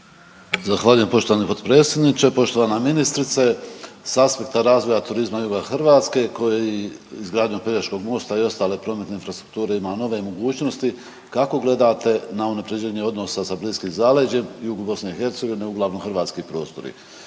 Zahvaljujem poštovani potpredsjedniče. Poštovana ministrice sa aspekta razvoja turizma juga Hrvatske kao i izgradnjom Pelješkog mosta i ostale prometne infrastrukture ima nove mogućnosti kako gledate na unapređenje odnosa sa bliskim zaleđem jug BiH, uglavnom hrvatski prostori.